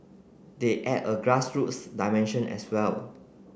they add a grass roots dimension as well